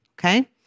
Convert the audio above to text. Okay